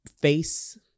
face